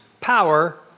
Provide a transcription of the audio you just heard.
power